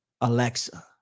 Alexa